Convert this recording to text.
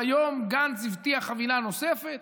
והיום גנץ הבטיח חבילה נוספת.